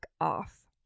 off